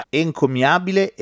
encomiabile